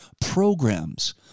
programs